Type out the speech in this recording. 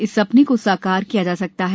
इस सपने को साकार किया जा सकता है